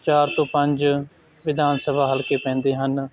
ਚਾਰ ਤੋਂ ਪੰਜ ਵਿਧਾਨ ਸਭਾ ਹਲਕੇ ਪੈਂਦੇ ਹਨ